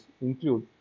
include